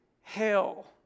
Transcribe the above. hell